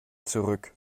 zurück